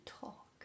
talk